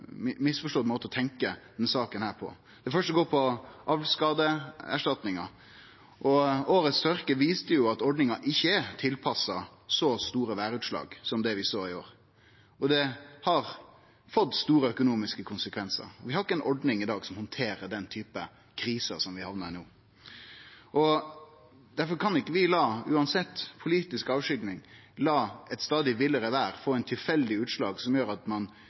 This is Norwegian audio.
å tenkje om denne saka på. Forslag nr. 1 handlar om ordninga for avlingsskadeerstatning. Tørka i år viste at ordninga ikkje er tilpassa så store vêrutslag som dei vi såg i år. Det har fått store økonomiske konsekvensar. Vi har ikkje ei ordning i dag som handterer den typen kriser som vi hamna i i år. Difor kan ikkje vi, uansett politisk avskygging, la eit stadig villare vêr få eit tilfeldig utslag, som gjer at ein